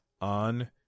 on